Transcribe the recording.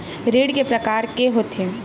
ऋण के प्रकार के होथे?